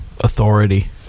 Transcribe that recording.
Authority